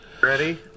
Ready